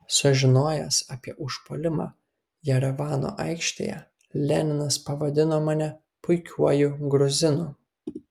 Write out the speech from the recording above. sužinojęs apie užpuolimą jerevano aikštėje leninas pavadino mane puikiuoju gruzinu